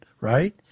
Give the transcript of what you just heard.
right